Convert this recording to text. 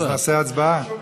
נעשה הצבעה?